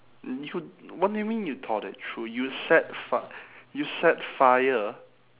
you what do you mean you thought it through you set fi~ you set fire